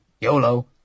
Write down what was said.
YOLO